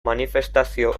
manifestazio